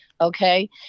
Okay